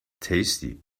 tasty